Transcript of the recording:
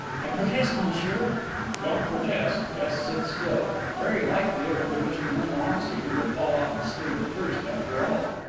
i protest, monsieur don't protest just sit still. very likely it will be mr montmorency who will fall off to sleep the first after all.